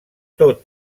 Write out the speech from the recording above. tot